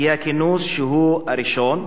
כי הכינוס, שהוא הראשון,